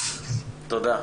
תודה.